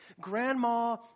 grandma